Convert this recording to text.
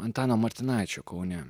antano martinaičio kaune